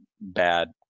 bad